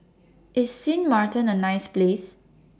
IS Sint Maarten A nice Place